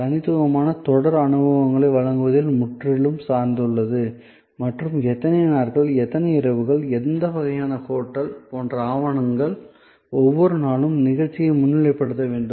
தனித்துவமான தொடர் அனுபவங்களை வழங்குவதில் முற்றிலும் சார்ந்துள்ளது மற்றும் எத்தனை நாட்கள் எத்தனை இரவுகள் எந்த வகையான ஹோட்டல்கள் போன்ற ஆவணங்கள் ஒவ்வொரு நாளும் நிகழ்ச்சியை முன்னிலைப்படுத்த வேண்டும்